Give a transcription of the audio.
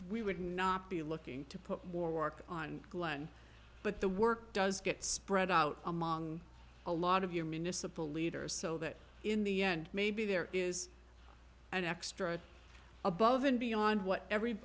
we would not be looking to put more work on glenn but the work does get spread out among a lot of your municipal leaders so that in the end maybe there is an extra above and beyond what every